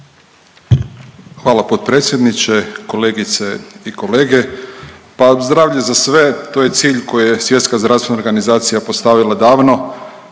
Hvala potpredsjedniče. Kolegice i kolege. Pa „Zdravlje za sve“ to je cilj koji je Svjetska zdravstvena organizacija postavila davno,